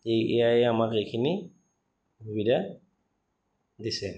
এই এআই আমাক এইখিনি সুবিধা দিছে